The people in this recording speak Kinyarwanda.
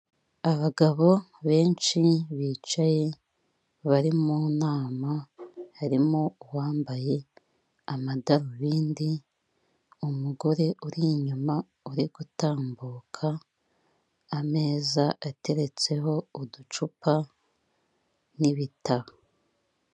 Abagabo benshi bicaye bari mu nama harimo uwambaye amadarubindi, umugore uri inyuma urigutambuka, ameza ateretseho uducupa n'ibitabo.